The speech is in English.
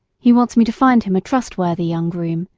he wants me to find him a trustworthy young groom,